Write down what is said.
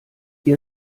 ihr